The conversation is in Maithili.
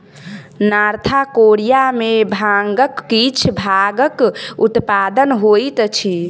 नार्थ कोरिया में भांगक किछ भागक उत्पादन होइत अछि